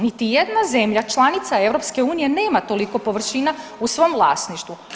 Niti jedna zemlja članica EU nema toliko površina u svom vlasništvu.